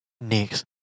next